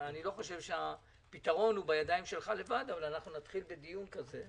אני חושב שהפתרון הוא לא בידיים שלך לבד אבל אנחנו נתחיל בדיון כזה.